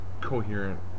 coherent